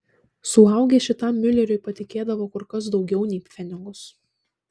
suaugę šitam miuleriui patikėdavo kur kas daugiau nei pfenigus